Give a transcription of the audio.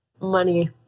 money